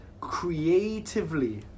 creatively